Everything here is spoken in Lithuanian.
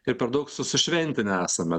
ir per daug susišventinę esame